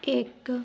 ਇੱਕ